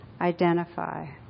identify